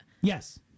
yes